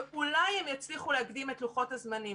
ואולי הם יצליחו להקדים את לוחות הזמנים.